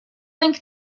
think